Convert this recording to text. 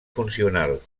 funcional